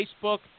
Facebook